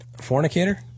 fornicator